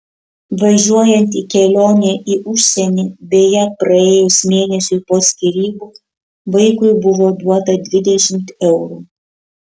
važiuojant į kelionę į užsienį beje praėjus mėnesiui po skyrybų vaikui buvo duota dvidešimt eurų